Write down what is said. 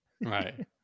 right